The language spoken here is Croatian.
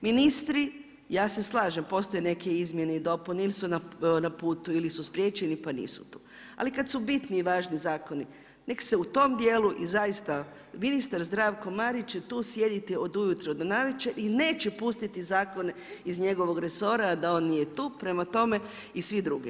Ministri, ja se slažem, postoje neke izmjene i dopune ili su na putu ili su spriječeni pa nisu tu, ali kad su biti i važni zakoni, nek se u tom djelu i zaista ministar Zdravko Marić će tu sjediti od ujutro do navečer i neće pustiti zakone iz njegovog resora da on nije tu prema tome, i svi drugi.